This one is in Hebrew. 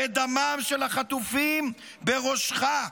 ודמם של החטופים בראשך,